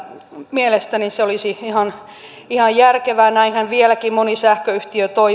mielestäni se olisi ihan järkevää näinhän vieläkin moni sähköyhtiö